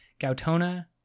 Gautona